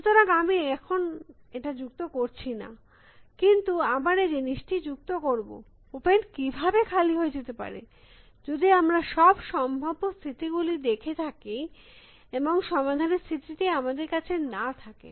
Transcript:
সুতরাং আমি আমি এখন এটা যুক্ত করছি ন কিন্তু আমরা এই জিনিসটি যুক্ত করব ওপেন কিভাবে খালি হয়ে যেতে পারে যদি আমরা সব সম্ভাব্য স্থিতি গুলি দেখে থাকি এবং সমাধানের স্থিতিটি আমাদের কাছে না থাকে